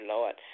Lord